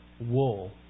wool